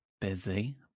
Busy